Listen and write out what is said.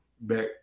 back